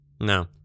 No